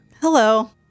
Hello